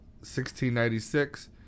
1696